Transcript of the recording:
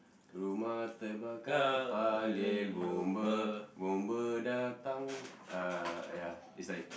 rumah terbakar panggil bomba bomba datang uh ya it's like